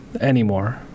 anymore